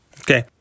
okay